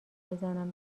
بزنم